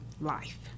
life